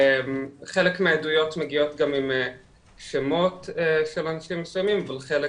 חלק מהעדויות מגיעות גם עם שמות של אנשים שונים אבל חלק